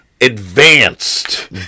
advanced